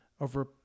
over